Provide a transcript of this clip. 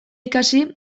ikasi